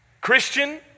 Christian